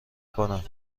کنم